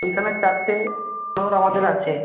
ওইখানে চারটে ফ্লোর আমাদের আছে